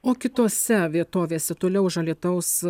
o kitose vietovėse toliau už alytaus